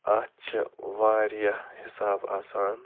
اَتھ چھِ واریاہ حساب آسان